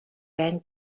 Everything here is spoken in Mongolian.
байна